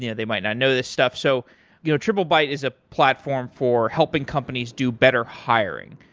yeah they might not know this stuff. so you know triplebyte is a platform for helping companies do better hiring.